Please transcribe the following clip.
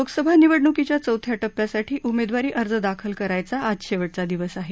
लोकसभा निवडणुकीच्या चौथ्या टप्प्यासाठी उमेदवारी अर्ज दाखल करायचा आज शेवटचा दिवस आहे